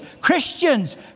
Christians